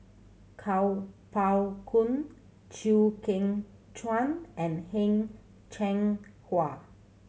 Kuo Pao Kun Chew Kheng Chuan and Heng Cheng Hwa